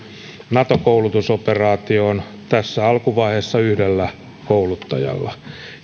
nato koulutusoperaatioon tässä alkuvaiheessa yhdellä kouluttajalla